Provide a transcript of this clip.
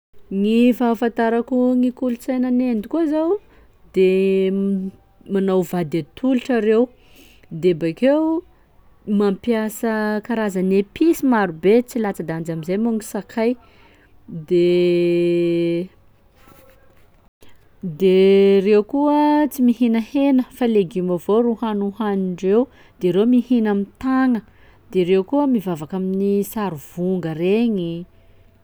Gny fahafantarako gny kolontsaina any Inde koa zao de m- manao vady atolotra reo, de bakeo mampiasa karazany episy marobe tsy latsa-danja am'izay moa gny sakay, de de reo koa tsy mihina hena fa legioma avao ro hany hohanindreo de reo mihina amy tàgna, de reo koa mivavaka amin'ny sary vonga regny.